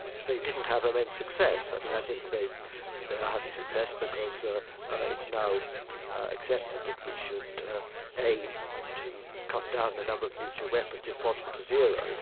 they didn't have immense success. i mean, i think they've they are having success because ah it's now accepted that we should aim to cut down the number of nuclear weapons if possible to zero. in